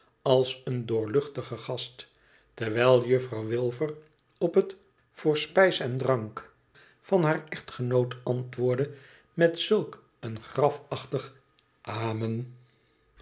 als een doorluchtige gast terwijl juffrouw wilfer op het voor spijs en drank van haar echtgenoot antwoordde met zulk een grafachtig amen